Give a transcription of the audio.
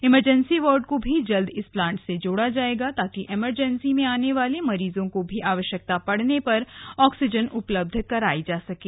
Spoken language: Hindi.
इमरजेन्सी वार्ड को भी जल्द इस प्लांट से जोड़ा जायेगा ताकि इमरजेन्सी में आने वाले मरीजो को भी आवश्यकता पड़ने पर ऑक्सीजन उपलब्ध करायी जा सकें